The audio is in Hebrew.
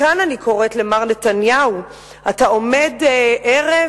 מכאן אני קוראת למר נתניהו, אתה עומד ערב